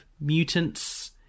mutants